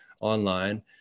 online